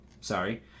Sorry